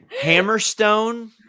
Hammerstone